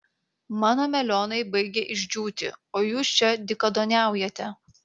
mano melionai baigia išdžiūti o jūs čia dykaduoniaujate